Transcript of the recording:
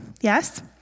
Yes